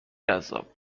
جذاب